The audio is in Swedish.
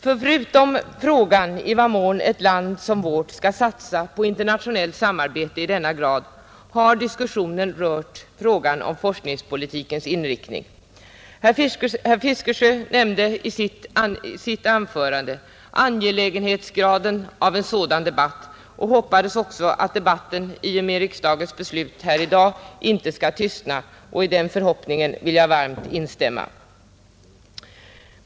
Förutom frågan i vad mån ett land som vårt skall satsa på internationellt samarbete i denna grad har diskussionen rört frågan om forskningspolitikens inriktning. Herr Fiskesjö nämnde i sitt anförande angelägenheten av en sådan debatt och hoppades att debatten i och med riksdagens beslut här i dag inte skall tystna, och i den förhoppningen vill jag varmt instämma.